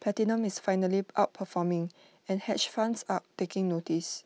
platinum is finally outperforming and hedge funds are taking notice